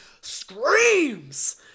screams